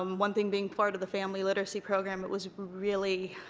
um one thing being part of the family literacy program, it was really